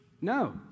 No